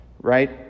right